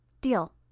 Deal